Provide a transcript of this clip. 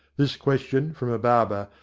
this question, from a barber,